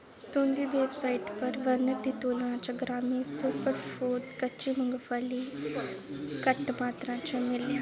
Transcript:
तुं'दी वैबसाइट पर बर्णत दी तुलना च ग्रामी सुपरफूड कच्ची मुंगफली घट्ट मात्तरा च मिलेआ